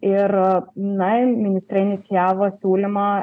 ir na ir ministrė inicijavo siūlymą